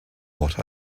what